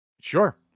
Sure